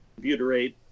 butyrate